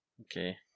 Okay